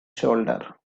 shoulder